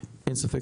אין ספק